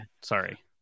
sorry